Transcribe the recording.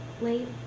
late